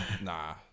Nah